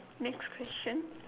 next question